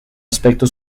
aspecto